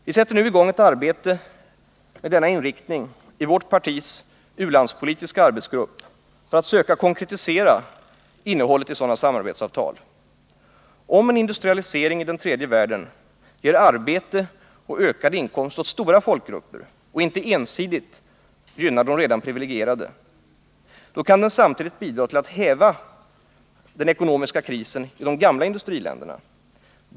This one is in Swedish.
Vi sätter nu i gång ett arbete med denna inriktning i vårt partis u-landspolitiska arbetsgrupp för att konkretisera innehållet i sådana samarbetsavtal. Om en industrilokalisering i den tredje världen ger arbete och ökad inkomst åt stora folkgrupper och inte ensidigt gynnar de redan privilegierade, kan den samtidigt bidra till att häva den ekonomiska krisen i de gamla industriländerna.